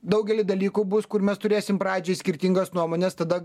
daugely dalykų bus kur mes turėsim pradžioj skirtingos nuomonės tada